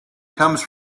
comes